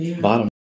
Bottom